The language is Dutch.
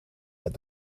met